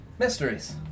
Mysteries